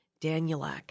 Danielak